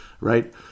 right